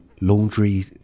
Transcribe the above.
laundry